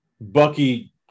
Bucky